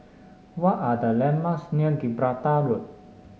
what are the landmarks near Gibraltar Road